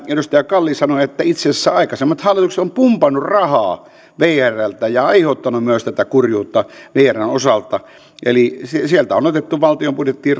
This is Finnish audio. edustaja kalli sanoi että itse asiassa aikaisemmat hallitukset ovat pumpanneet rahaa vrltä ja aiheuttaneet myös tätä kurjuutta vrn osalta eli sieltä on otettu valtion budjettiin